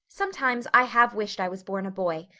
sometimes i have wished i was born a boy,